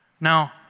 Now